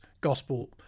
gospel